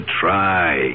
try